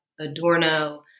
Adorno